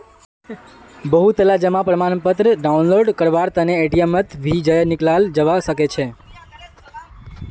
बहुतला जमा प्रमाणपत्र डाउनलोड करवार तने एटीएमत भी जयं निकलाल जवा सकछे